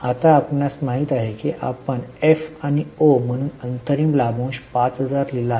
आता आपणास माहित आहे की आपण एफ आणि ओ म्हणून अंतरिम लाभांश 5000 लिहिला होता